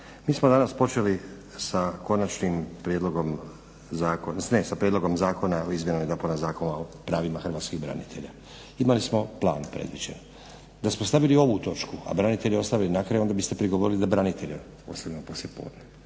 Mi smo danas počeli sa konačnim prijedlogom Zakona, ne sa prijedlogom Zakona o izmjenama i dopunama Zakona o pravima hrvatskih branitelja. Imali smo plan predviđen. Da smo stavili ovu točku, a branitelje ostavili na kraju onda biste prigovorili da branitelje ostavljamo poslijepodne.